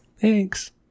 Thanks